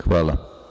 Hvala.